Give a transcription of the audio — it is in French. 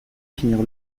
finir